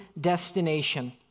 destination